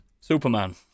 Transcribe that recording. Superman